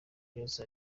yose